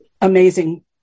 amazing